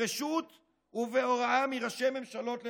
ברשות ובהוראה מראשי ממשלות לדורותיהם.